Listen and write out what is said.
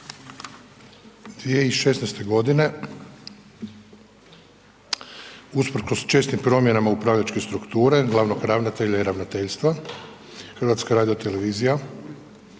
2016. godine usprkos čestim promjenama upravljačke strukture, glavnog ravnatelja i ravnateljstva, HRT poduzimala